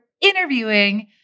interviewing